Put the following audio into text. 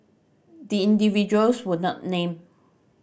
the individuals were not named